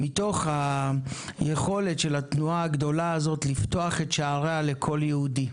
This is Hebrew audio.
מתוך היכולת של התנועה הגדולה הזאת לפתוח את שעריה לכל יהודי.